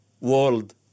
world